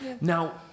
Now